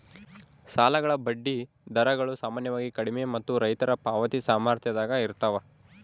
ಸಾಲಗಳ ಬಡ್ಡಿ ದರಗಳು ಸಾಮಾನ್ಯವಾಗಿ ಕಡಿಮೆ ಮತ್ತು ರೈತರ ಪಾವತಿ ಸಾಮರ್ಥ್ಯದಾಗ ಇರ್ತವ